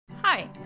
Hi